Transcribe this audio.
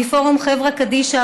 מפורום חברות קדישא,